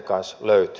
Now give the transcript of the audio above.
kiitos